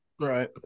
right